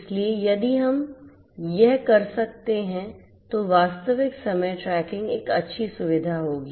इसलिए यदि हम यह कर सकते हैं तो वास्तविक समय ट्रैकिंग एक अच्छी सुविधा होगी